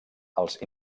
els